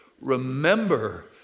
remember